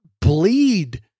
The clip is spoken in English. bleed